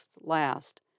last